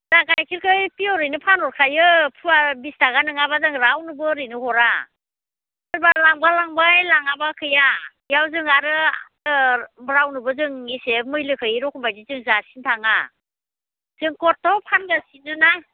जोंहा गाइखेरखौ फियरैनो फानहरखायो फवा बिस थाखा नङाबा जोङो रावनोबो ओरैनो हरा सोरबा लांबा लांबाय लाङाबा गैया बेयाव जों आरो आङो रावनोबो जों एसे मैलो गैयै रखम बायदि जों जासिनो थाङा जों खर्थ' फानगासिनो ना